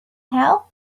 help